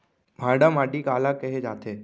भांटा माटी काला कहे जाथे?